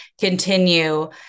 continue